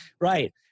right